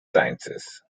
sciences